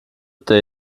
der